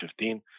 2015